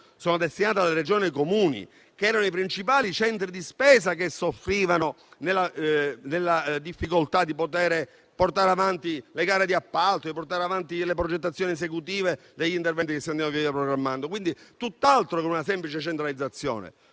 è destinato alle Regioni e ai Comuni, che erano i principali centri di spesa che soffrivano della difficoltà di poter portare avanti le gare di appalto e le progettazioni esecutive degli interventi che si andavano via via programmando. Quindi, è tutt'altro che una semplice centralizzazione: